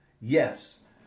Yes